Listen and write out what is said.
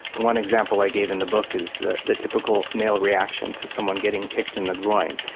one example i gave in the book is the the typical male reaction to someone getting kicked in the groin,